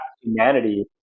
humanity